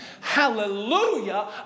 Hallelujah